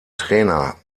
trainer